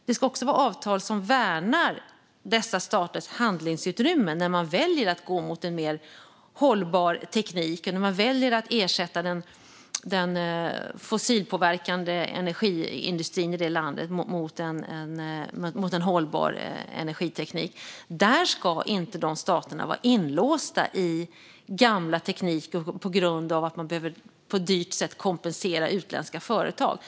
Det ska också vara avtal som värnar dessa staters handlingsutrymme när man väljer att gå mot en mer hållbar teknik och när man väljer att ersätta den fossilpåverkande energiindustrin i landet med en hållbar energiteknik. De här staterna ska inte vara inlåsta i gamla tekniker på grund av att man på ett dyrt sätt behöver kompensera utländska företag.